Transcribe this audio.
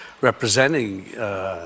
representing